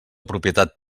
propietat